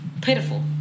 pitiful